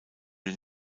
den